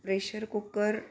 pressure cooker